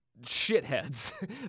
shitheads